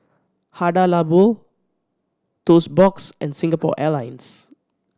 Hada Labo Toast Box and Singapore Airlines